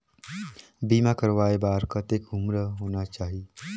बीमा करवाय बार कतेक उम्र होना चाही?